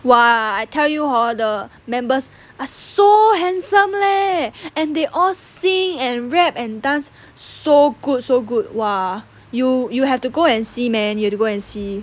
!wah! I tell you hor the members are so handsome leh and they all sing and rap and dance so good so good !wah! you you have to go and see man you have to go and see